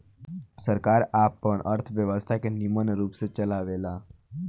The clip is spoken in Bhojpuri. सरकार आपन अर्थव्यवस्था के निमन रूप से चलावेला